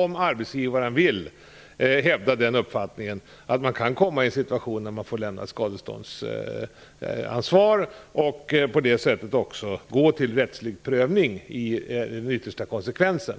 om arbetsgivaren vill hävda den uppfattningen, ändå komma att hamna i en situation där man får lämna ett skadeståndsansvar och på det sättet också gå till rättslig prövning, som en yttersta konsekvens.